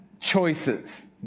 choices